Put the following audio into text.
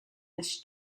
this